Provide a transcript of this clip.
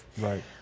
Right